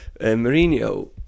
Mourinho